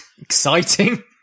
Exciting